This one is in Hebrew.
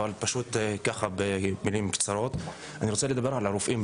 אבל במילים קצרות אני רוצה לדבר על הרופאים,